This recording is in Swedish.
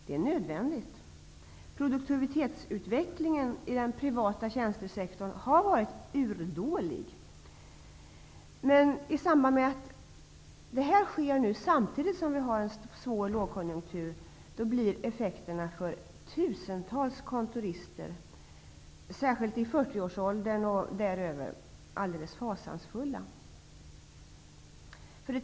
Det är nödvändigt -- produktivitetsutvecklingen i den privata tjänstesektorn har varit urdålig -- men i samband med att det sker i den här svåra lågkonjunkturen blir effekterna för tusentals kontorister, särskilt i fyrtioårsåldern och däröver, alldeles fasansfulla.